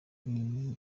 iyi